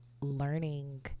learning